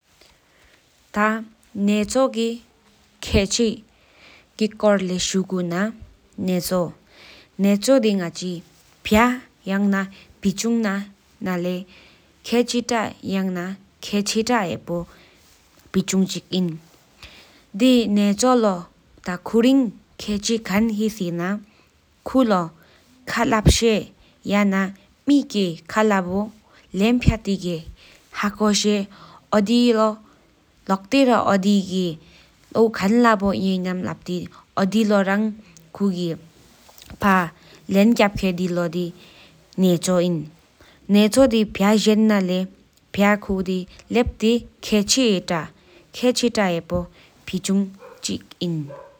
ཐ་ནེཆོ་ཁེཆི་དཀོརླེ་ཤུགུ་ན་ཐ་ནེཆོ་དི་ཧི་ཅུང་ན་ཁེཆེྷ་ཧེ་པོ་ཧི་ཅུང་ཆི་ཨིན། དི་ནེཆོ་ལོ་ཁུ་རི་ཁེཆི་ཁན་ཧེ་སེ་ན་ཁ་ ལོ་ཁ་ལབ་ཞེ་མེ་གི་ཁ་ལ་པོ་ལེམ་ བྱ་ཐི་ཧ་ཁོ་ཤེ་ལོག་ཏི་རང་མེ་གི་ཁན་ལ་པོ་གཉམ་ལ་པཏི་ལེན་གྱ་བ་ཞེ། ནེཆོ་དི་ཧ་ཅན་ལྷེ་ཁེཆི་ཐ་ ཧ་དི་ཨིན།